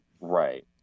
Right